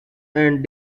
and